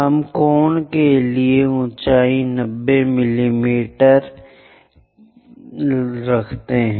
हमें कोण के लिए ऊंचाई 90 मिमी 90 मिमी का पता लगाना होगा